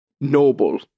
noble